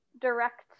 direct